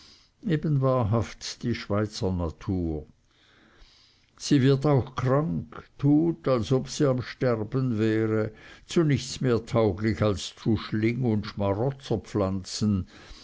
eben wahrhaft die schweizer natur sie wird auch krank tut als ob sie am sterben wäre zu nichts mehr tauglich als zu schling und